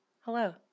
Hello